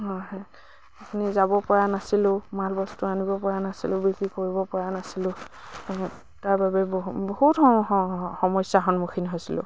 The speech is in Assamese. আপুনি যাব পৰা নাছিলোঁ মাল বস্তু আনিব পৰা নাছিলোঁ বিক্ৰী কৰিব পৰা নাছিলোঁ তাৰ বাবে বহুত সমস্যাৰ সন্মুখীন হৈছিলোঁ